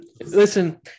Listen